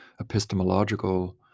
epistemological